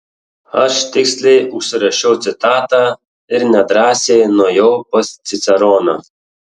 aš tiksliai užsirašiau citatą ir nedrąsiai nuėjau pas ciceroną